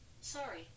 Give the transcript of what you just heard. sorry